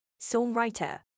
songwriter